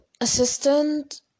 assistant